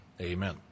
Amen